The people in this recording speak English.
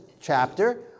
chapter